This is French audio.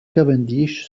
cavendish